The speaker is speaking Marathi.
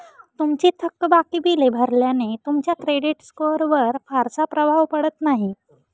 तुमची थकबाकी बिले भरल्याने तुमच्या क्रेडिट स्कोअरवर फारसा प्रभाव पडत नाही